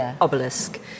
Obelisk